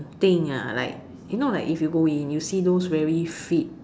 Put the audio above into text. thing lah like you know like if you go in you see those very fit